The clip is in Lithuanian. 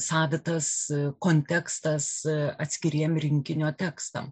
savitas kontekstas atskiriem rinkinio tekstam